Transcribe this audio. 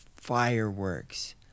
fireworks